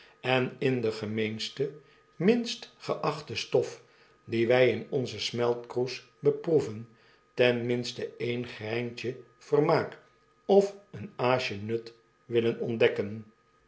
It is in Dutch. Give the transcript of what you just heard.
en in de gemeenste minst geachte stof die wy in onzen smeltkroes beproeven ten minste een greintje vermaak of een aasje nut willen ontdekken